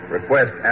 Request